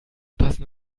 passen